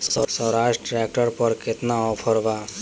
सोहराज tractor पर केतना offer बा?